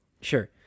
Sure